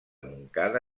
montcada